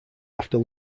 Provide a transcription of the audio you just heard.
after